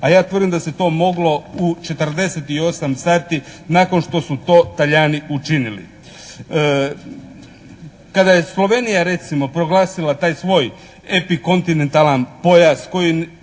a ja tvrdim da se to moglo u 48 sati nakon što su to Talijani učinili. Kada je Slovenija recimo proglasila taj svoj epi kontinentalan pojas koji